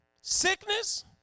sickness